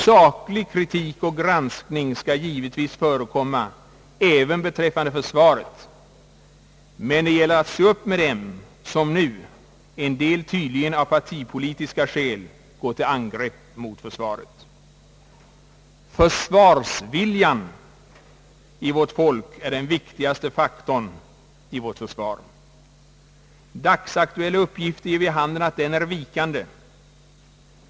Saklig kritik och granskning skall givetvis förekomma även beträffande försvaret, men det gäller att se upp med dem som nu, en del tydligen av partitaktiska skäl, går till angrepp mot försvaret. Försvarsviljan i vårt folk är den viktigaste faktorn i vårt försvar. Dagsaktuella uppgifter ger vid handen att den är vikande.